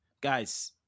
Guys